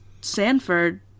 Sanford